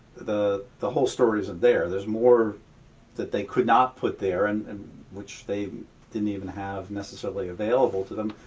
the the whole story isn't there. there's more that they could not put there, and which they didn't even have necessarily available to them.